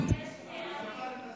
אבל הוא שבר את השיא.